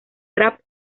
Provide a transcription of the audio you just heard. rap